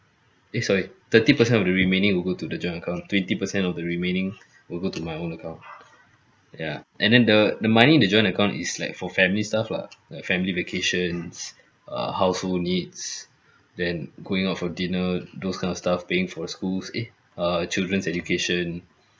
eh sorry thirty percent of the remaining will go to the joint account twenty percent of the remaining will go to my own account ya and then the the money in the joint account is like for family stuff lah like family vacations uh household needs then going out for dinner those kind of stuff paying for schools eh err children's education